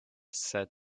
said